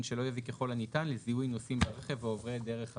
שלא יביא ככל הניתן לזיהוי נוסעים ברכב ועוברי דרך אחרים.